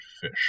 fish